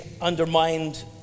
undermined